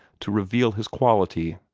to reveal his quality.